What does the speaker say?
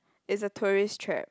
it's a tourist trap